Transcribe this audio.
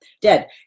dead